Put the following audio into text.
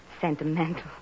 Sentimental